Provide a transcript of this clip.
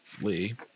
lee